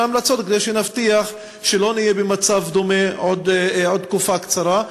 המלצות וכדי שנבטיח שלא נהיה במצב דומה בעוד תקופה קצרה.